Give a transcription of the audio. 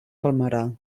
palmerar